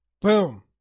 Boom